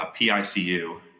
PICU